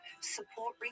support